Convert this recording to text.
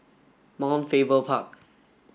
Mount Faber Park